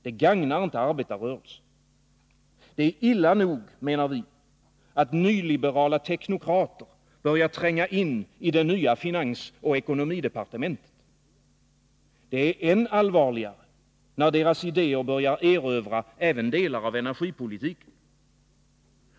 Det gagnar inte arbetarrörelsen. Det är illa nog, menar vi, att nyliberala teknokrater börjar tränga in i det nya finansoch ekonomidepartementet. Det är än allvarligare när deras idéer 7 börjar erövra även delar av energipolitiken.